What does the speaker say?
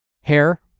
Hair